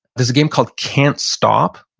there's a game called can't stop,